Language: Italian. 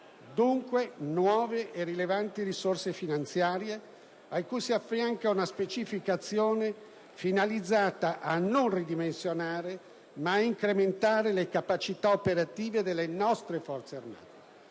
Dunque, nuove e rilevanti risorse finanziarie, cui si affianca una specifica azione finalizzata, non a ridimensionare, ma ad incrementare le capacità operative delle nostre Forze armate.